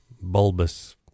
bulbous